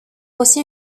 aussi